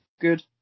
Good